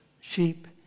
sheep